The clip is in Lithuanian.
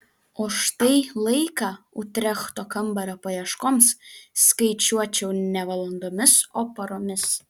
o štai laiką utrechto kambario paieškoms skaičiuočiau ne valandomis o paromis